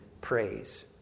praise